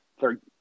third